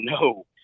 no